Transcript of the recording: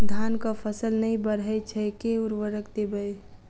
धान कऽ फसल नै बढ़य छै केँ उर्वरक देबै?